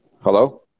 Hello